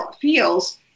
feels